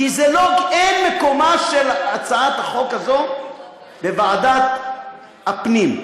כי אין מקומה של הצעת החוק הזאת בוועדת הפנים,